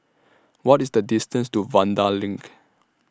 What IS The distance to Vanda LINK